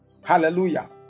Hallelujah